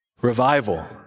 revival